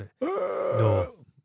No